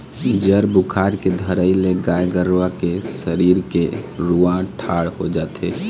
जर बुखार के धरई ले गाय गरुवा के सरीर के रूआँ ठाड़ हो जाथे